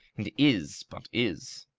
and is but is?